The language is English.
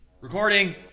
Recording